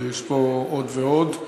יש פה עוד ועוד.